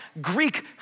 Greek